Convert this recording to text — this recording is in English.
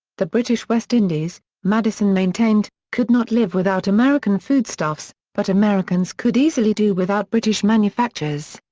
the british west indies, madison maintained, could not live without american foodstuffs, but americans could easily do without british manufactures.